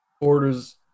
orders